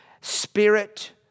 spirit